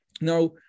Now